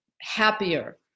happier